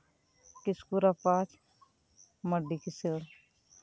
ᱠᱤᱥᱠᱩ ᱨᱟᱯᱟᱡᱽ ᱢᱟᱹᱱᱰᱤ ᱠᱤᱥᱟᱹᱲ